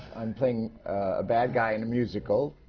i'm playing a bad guy in a musical,